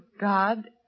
God